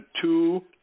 two